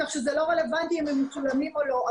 כך שזה לא רלוונטי אם הם מצולמים או לא.